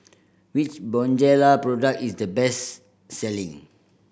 which Bonjela product is the best selling